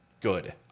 Good